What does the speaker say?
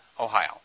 Ohio